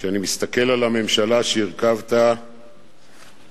כשאני מסתכל על הממשלה שהרכבת ושבאמצעותה